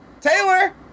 Taylor